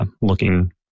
looking